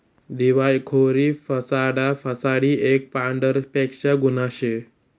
दिवायखोरी फसाडा फसाडी एक पांढरपेशा गुन्हा शे